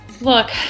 Look